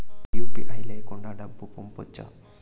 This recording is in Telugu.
యు.పి.ఐ లేకుండా డబ్బు పంపొచ్చా